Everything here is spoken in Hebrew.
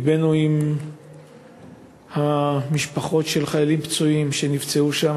לבנו עם משפחות החיילים שנפצעו שם.